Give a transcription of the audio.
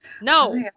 No